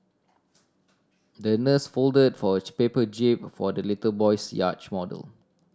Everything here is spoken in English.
the nurse fold for a paper jib for the little boy's yacht model